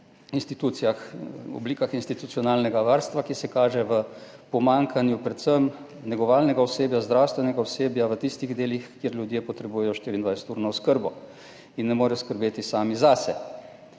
institucijah, oblikah institucionalnega varstva, ki se kaže v pomanjkanju predvsem negovalnega osebja, zdravstvenega osebja, v tistih delih, kjer ljudje potrebujejo 24-urno oskrbo in ne morejo skrbeti sami zase.